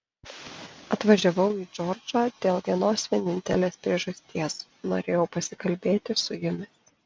atvažiavau į džordžą dėl vienos vienintelės priežasties norėjau pasikalbėti su jumis